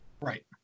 Right